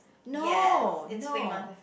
no no